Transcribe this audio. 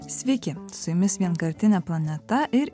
sveiki su jumis vienkartinė planeta ir